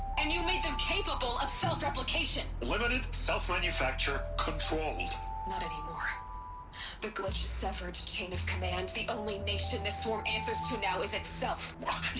and you made them capable of self-replication! limited. self-manufacture. controlled not anymore the glitch severed chain of command the only nation the swarm answer to now is itself!